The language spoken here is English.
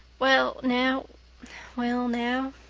well now well now.